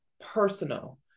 personal